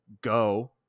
go